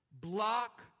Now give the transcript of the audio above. block